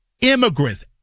immigrants